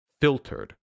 filtered